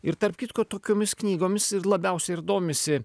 ir tarp kitko tokiomis knygomis ir labiausiai ir domisi